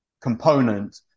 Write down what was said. component